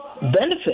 benefit